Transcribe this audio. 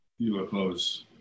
UFOs